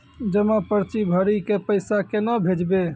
जमा पर्ची भरी के पैसा केना भेजबे?